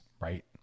right